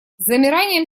замиранием